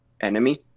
enemy